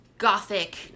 gothic